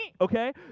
Okay